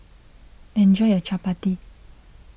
enjoy your Chapati